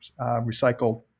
recycled